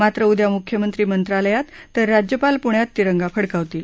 मात्र उद्या मुख्यमंत्री मंत्रालयात तर राज्यपाल पुण्यात तिरंगा फडकावतील